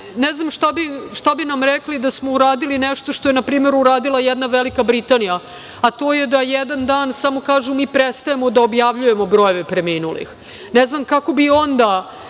ne znam šta bi nam rekli da smo uradili nešto što je na primer uradila jedna Velika Britanija, a to je da jedan dan samo kažu – mi prestajemo da objavljujemo brojeve preminulih? Ne znam kako bi onda